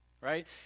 right